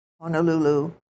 Honolulu